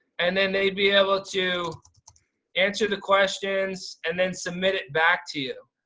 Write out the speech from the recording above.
and then they'd be able to answer the questions and then submit it back to you.